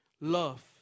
love